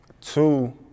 Two